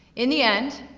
in the end,